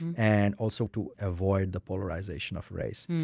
and also to avoid the polarization of race.